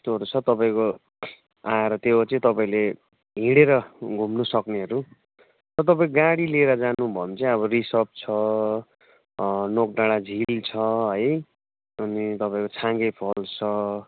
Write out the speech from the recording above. यस्तोहरू छ तपाईँको आएर त्यो चाहिँ तपाईँले हिँडेर घुम्नुसक्नेहरू अन्त तपाईँको गाडी लिएर जानु भने चाहिँ अब रिसप छ नोकडाँडा झिल छ है अनि तपाईँको छाङ्गे फल्स छ